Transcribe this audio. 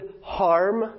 harm